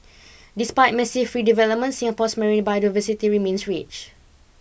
despite massive redevelopment Singapore's marine biodiversity remains rich